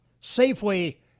safely